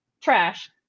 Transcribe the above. trash